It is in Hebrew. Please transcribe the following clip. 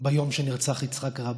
ביום שנרצח יצחק רבין.